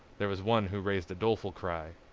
there was one who raised a doleful cry.